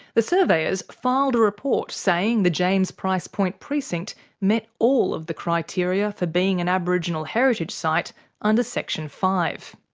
the surveyors filed a report saying the james price point precinct met all of the criteria for being an aboriginal heritage site under section five.